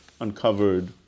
uncovered